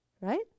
Right